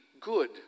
good